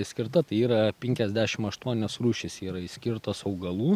išskirta tai yra penkiasdešim aštuonios rūšys yra išskirtos augalų